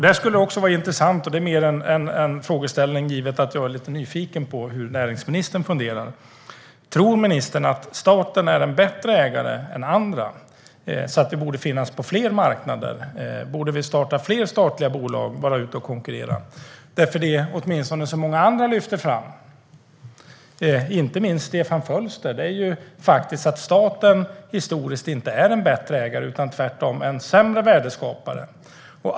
Där skulle det också vara intressant, givet att jag är lite nyfiken på det, att höra hur näringsministern funderar. Tror ministern att staten är en bättre ägare än andra och borde finnas på fler marknader? Borde vi starta fler statliga bolag och vara ute och konkurrera? Det som många andra, inte minst Stefan Fölster, lyfter fram är att staten historiskt sett inte är en bättre ägare utan tvärtom en sämre värdeskapare.